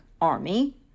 Army